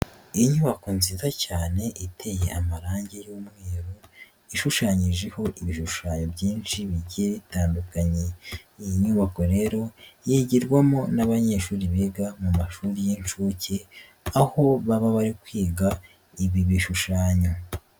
Inyubako nziza cyane iteye amarange y'umweru ishushanyijeho ibishushanyo byinshi bigiye bitandukanye, iyi nyubako rero yigirwamo n'abanyeshuri biga mu mashuri y'inshuke aho baba bari kwiga ibi bishushanyo.